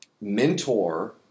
Mentor